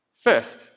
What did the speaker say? First